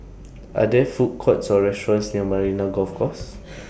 Are There Food Courts Or restaurants near Marina Golf Course